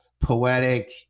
poetic